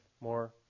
more